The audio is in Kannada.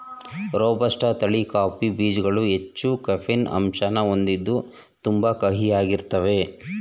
ರೋಬಸ್ಟ ತಳಿ ಕಾಫಿ ಬೀಜ್ಗಳು ಹೆಚ್ಚು ಕೆಫೀನ್ ಅಂಶನ ಹೊಂದಿದ್ದು ತುಂಬಾ ಕಹಿಯಾಗಿರ್ತಾವೇ